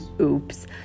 Oops